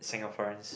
Singaporeans